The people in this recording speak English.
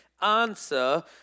answer